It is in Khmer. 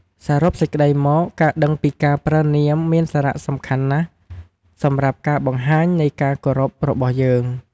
សរុបសេក្តីមក ការដឹងពីការប្រើនាមមានសារៈសំខាន់ណាស់សម្រាប់ការបង្ហាញនៃការគោរពរបស់យើង។